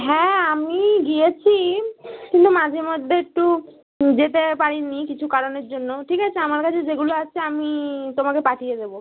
হ্যাঁ আমিই গিয়েছি কিন্তু মাঝে মধ্যে একটু যেতে পারি নি কিছু কারণের জন্য ঠিক আছে আমার কাছে যেগুলো আছে আমি তোমাকে পাঠিয়ে দেবো